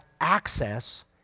access